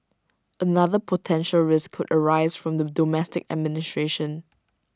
another potential risk could arise from the domestic administration